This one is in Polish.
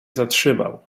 zatrzymał